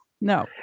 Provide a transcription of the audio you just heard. No